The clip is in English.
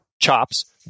Chops